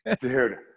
Dude